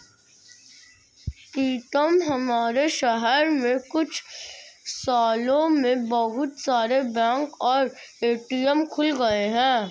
पीतम हमारे शहर में कुछ सालों में बहुत सारे बैंक और ए.टी.एम खुल गए हैं